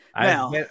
Now